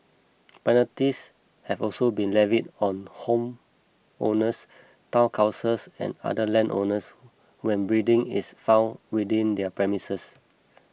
penalties have also been levied on homeowners Town Councils and other landowners when breeding is found within their premises